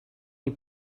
you